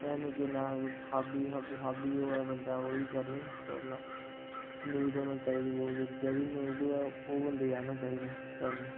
एह् ऐ नी कि ना कुछ हाबी हाबी होऐ बन्दा ओह् ही करनी पर ना नीड होना चाहिदी बोह्त जेह्दी नीड होऐ ओह् बन्दे गी आना चाहिदा करना